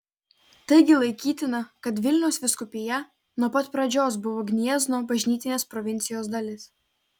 taigi laikytina kad vilniaus vyskupija nuo pat pradžios buvo gniezno bažnytinės provincijos dalis